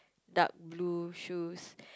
dark blue shoes